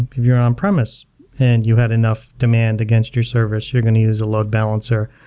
if you're on um premise and you had enough demand against your service, you're going to use a load balancer.